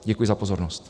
Děkuji za pozornost.